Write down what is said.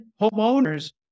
homeowners